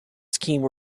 scheme